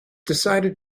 decided